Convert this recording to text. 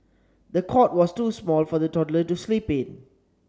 the cot was too small for the toddler to sleep in